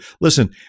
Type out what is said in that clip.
Listen